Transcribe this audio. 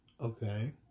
okay